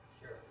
Sure